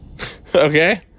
Okay